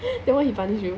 then why he punish you